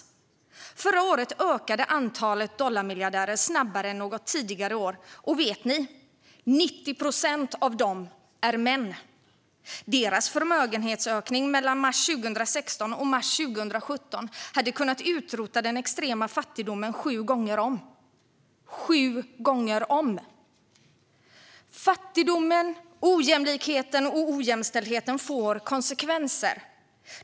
Förra året ökade antalet dollarmiljardärer snabbare än något tidigare år. Och vet ni - 90 procent av dem är män! Deras förmögenhetsökning mellan mars 2016 och mars 2017 hade kunnat utrota den extrema fattigdomen sju gånger om. Sju gånger om! Fattigdomen, ojämlikheten och ojämställdheten får konsekvenser.